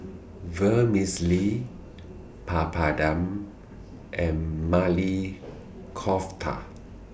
Vermicelli Papadum and Maili Kofta